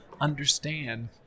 understand